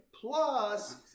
Plus